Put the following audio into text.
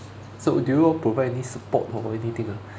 so do you provide any support or anything ah